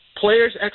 players